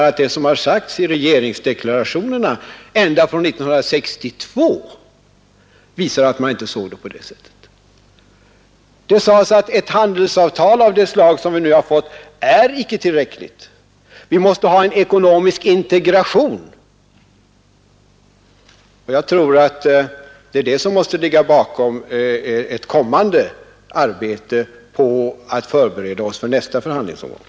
Vad som sagts i regeringsdeklarationerna ända från 1962 visar att man inte sett det så. Där sägs att ett handelsavtal av det slag som vi nu fått icke är tillräckligt — vi måste ha en ekonomisk integration. Jag tror att det är det som måste ligga bakom ett kommande arbete på att förbereda oss för nästa förhandlingsomgång.